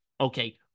okay